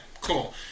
cool